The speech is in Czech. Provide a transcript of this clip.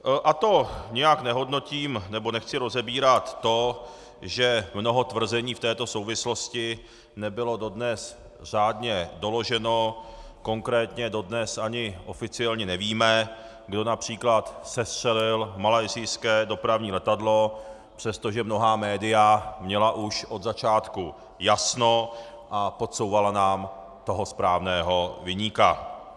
A to nijak nehodnotím nebo nechci rozebírat to, že mnoho tvrzení v této souvislosti nebylo dodnes řádně doloženo, konkrétně dodnes ani oficiálně nevíme, kdo např. sestřelil malajsijské dopravní letadlo, přestože mnohá média měla už od začátku jasno a podsouvala nám toho správného viníka.